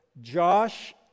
Josh